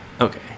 Okay